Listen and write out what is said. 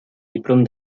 diplôme